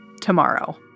tomorrow